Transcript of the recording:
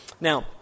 Now